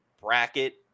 bracket